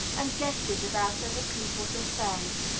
and guesses about other people's affairs,